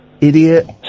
Idiot